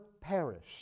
perish